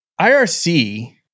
IRC